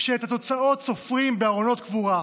שאת התוצאות סופרים בארונות קבורה.